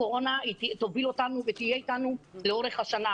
הקורונה תוביל אותנו ותהיה איתנו לאורך השנה,